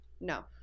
No